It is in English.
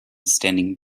standing